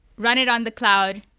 run it on the cloud.